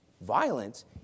Violence